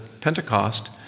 Pentecost